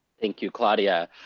thank you, claudia.